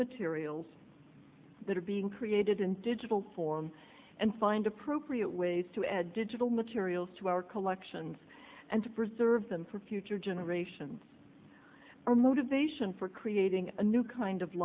materials that are being created in digital form and find appropriate ways to add digital materials to our collections and to preserve them for future generations our motivation for creating a new kind of